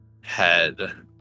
head